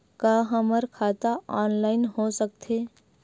का हमर खाता ऑनलाइन हो सकथे?